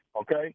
okay